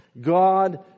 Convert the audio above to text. God